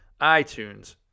iTunes